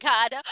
God